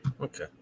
Okay